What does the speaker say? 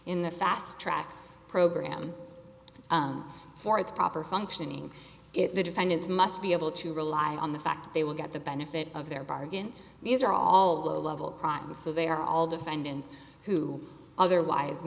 in the fast track program for its proper functioning it the defendants must be able to rely on the fact that they will get the benefit of their bargain these are all low level crimes so they are all defendants who otherwise